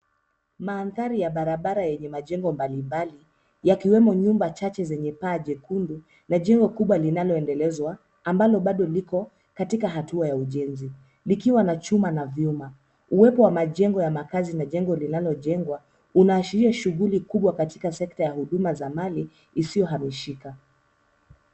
Mandhari ya barabara yenye majengo mbalimbali yakiwemo nyumba chache zenye paa nyekundu na jengo kubwa linaloendelezwa ambalo bado liko katika hatua ya ujenzi likiwa na chuma na vyuma. Uwepo wa makazi na jengo linalojengwa unaashiria shughuli kubwa katika sekta ya huduma za mali isiyohamishika.